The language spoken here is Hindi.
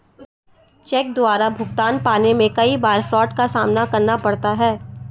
चेक द्वारा भुगतान पाने में कई बार फ्राड का सामना करना पड़ता है